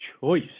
choice